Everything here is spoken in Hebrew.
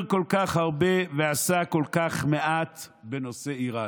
כל כך הרבה ועשה כל כך מעט בנושא איראן.